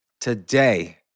today